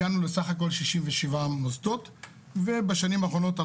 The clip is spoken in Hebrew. הגענו לסך הכול 67. בשנים האחרונות,